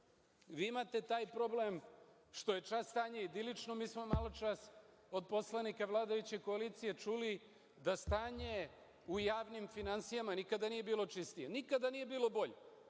Vi imate taj problem što je čas stanje idilično. Mi smo maločas od poslanika vladajuće koalicije čuli da stanje u javnim finansijama nikada nije bilo čistije, nikada nije bilo bolje.